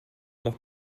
doch